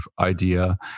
idea